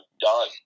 done